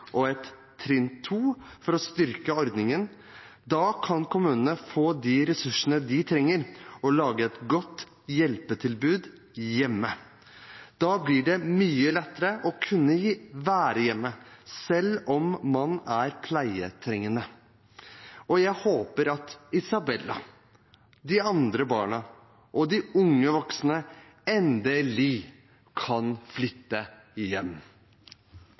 og et trinn to for å styrke ordningen. Da kan kommunene få de ressursene de trenger, og lage et godt hjelpetilbud hjemme. Da blir det mye lettere å kunne være hjemme selv om man er pleietrengende, og jeg håper at Isabella, de andre barna og de unge voksne endelig kan flytte hjem.